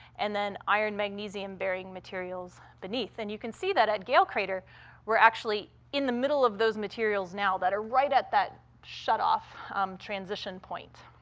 and then iron-magnesium-bearing materials beneath. and you can see that at gale crater we're actually in the middle of those materials now that are right at that shutoff transition point.